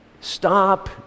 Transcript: Stop